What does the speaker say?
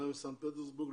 עלה מסנט פטרבורג,